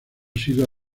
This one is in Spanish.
sido